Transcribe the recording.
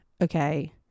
okay